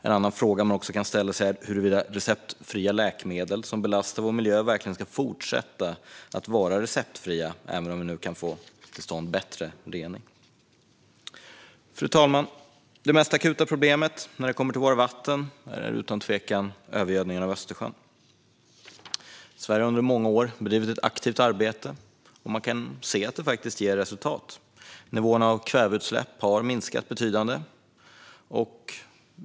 En annan fråga man också kan ställa sig är huruvida receptfria läkemedel som belastar vår miljö verkligen ska fortsätta att vara receptfria även om vi kan få till stånd bättre rening. Fru talman! Det mest akuta problemet när det kommer till våra vatten är utan tvekan övergödningen av Östersjön. Sverige har under många år bedrivit ett aktivt arbete, och vi kan se att det faktiskt ger resultat. Nivåerna av kväveutsläpp har minskat betydligt.